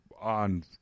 on